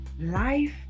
life